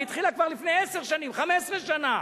היא התחילה כבר לפני עשר שנים, 15 שנה.